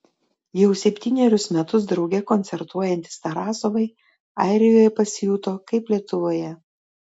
jau septynerius metus drauge koncertuojantys tarasovai airijoje pasijuto kaip lietuvoje